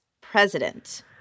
president